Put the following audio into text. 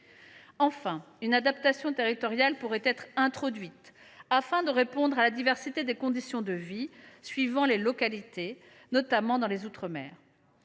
Enfin, une adaptation territoriale pourrait être introduite afin de répondre à la diversité des conditions de vie suivant les localités, notamment pour les outre mer.